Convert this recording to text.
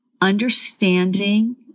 understanding